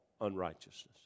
Unrighteousness